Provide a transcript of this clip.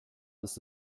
ist